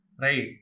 Right